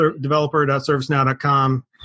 Developer.servicenow.com